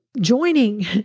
joining